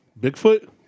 Bigfoot